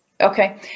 Okay